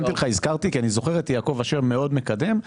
הזכרתי כי אני זוכר את יעקב אשר מאוד מקדם,